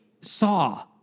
saw